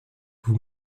vous